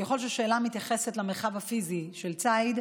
ככל שהשאלה מתייחסת למרחב הפיזי של ציד,